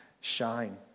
shine